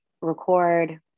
record